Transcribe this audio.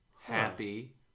Happy